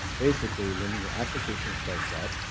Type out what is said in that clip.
basically, when your application starts up,